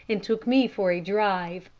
and took me for a drive.